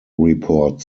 report